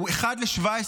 הוא אחד ל-17,